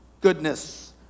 goodness